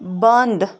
بنٛد